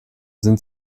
sind